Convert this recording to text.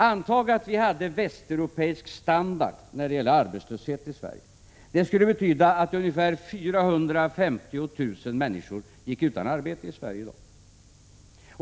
Antag att vi hade västeuropeisk standard när det gäller arbetslösheten i Sverige! Det skulle betyda att ungefär 450 000 människor gick utan arbete i Sverige i dag.